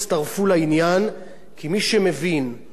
כי מי שמבין שתקשורת חופשית,